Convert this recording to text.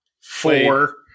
Four